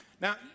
Now